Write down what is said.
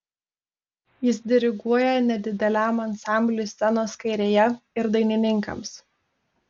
jis diriguoja nedideliam ansambliui scenos kairėje ir dainininkams